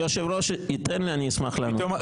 אם היושב-ראש ייתן לי אני אשמח לענות.